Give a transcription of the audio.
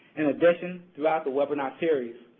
addition, throughout the webinar series,